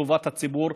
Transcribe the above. לטובת הציבור,